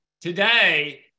today